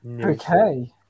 Okay